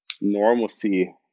normalcy